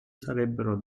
sarebbero